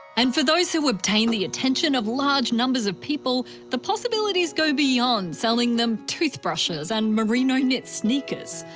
and for those who obtain the attention of large numbers of people, the possibilities go beyond selling them toothbrushes and merino knit sneakers.